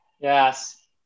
Yes